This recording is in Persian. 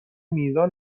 میزان